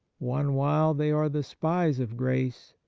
one while they are the spies of grace,